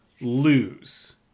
lose